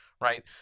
Right